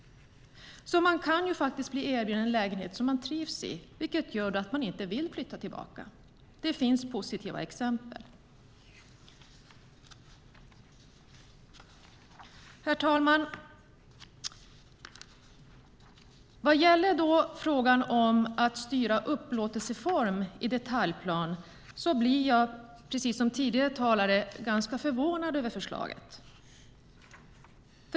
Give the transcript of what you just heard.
Man kan faktiskt bli erbjuden en lägenhet som man trivs i, vilket gör att man inte vill flytta tillbaka. Det finns positiva exempel. Herr talman! I frågan om att styra upplåtelseform i detaljplan blir jag, precis som tidigare talare, förvånad över förslaget.